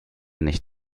nicht